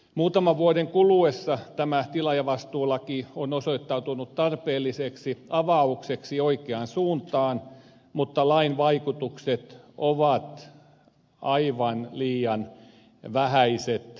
muutaman vuoden kuluessa tämä tilaajavastuulaki on osoittautunut tarpeelliseksi avaukseksi oikeaan suuntaan mutta lain vaikutukset ovat aivan liian vähäiset vaatimattomat